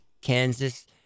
Kansas